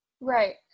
right